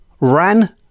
ran